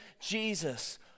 Jesus